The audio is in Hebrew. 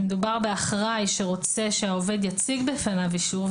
כשמדובר באחראי שרוצה שהעובד יציג בפניו אישור,